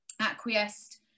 acquiesced